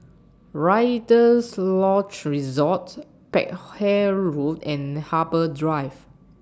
Rider's Lodge Resort Peck Hay Road and Harbour Drive